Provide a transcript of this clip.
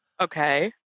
Okay